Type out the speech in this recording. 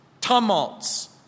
tumults